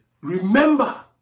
Remember